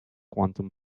quantum